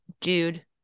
dude